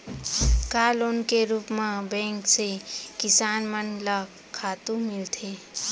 का लोन के रूप मा बैंक से किसान मन ला खातू मिलथे?